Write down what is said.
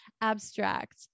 abstract